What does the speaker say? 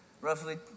roughly